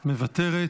מוותרת,